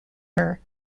her